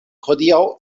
hodiaŭ